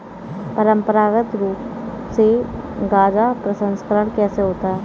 परंपरागत रूप से गाजा प्रसंस्करण कैसे होता है?